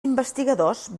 investigadors